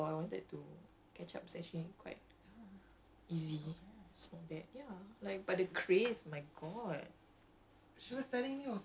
then macam !huh! okay itu jer like ya that's what I was thinking oh actually kalau I wanted to catch up session quite easy